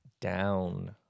down